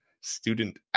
student